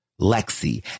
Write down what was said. Lexi